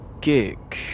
gig